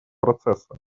процесса